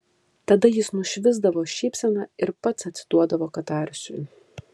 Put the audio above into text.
tada jis nušvisdavo šypsena ir pats atsiduodavo katarsiui